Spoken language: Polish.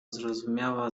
zrozumiała